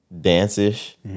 dance-ish